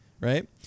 right